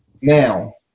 Now